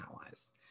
allies